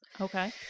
okay